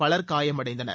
power காயமடைந்தனர்